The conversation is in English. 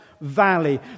Valley